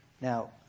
Now